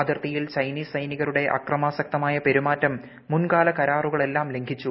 അതിർത്തിയിൽ ചൈനീസ് സൈനികരുടെ അക്രമാസക്തമായ പെരുമാറ്റം മുൻകാല കരാറുകളെല്ലാം ലംഘിച്ചു